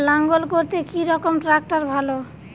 লাঙ্গল করতে কি রকম ট্রাকটার ভালো?